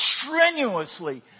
strenuously